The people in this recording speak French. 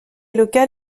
local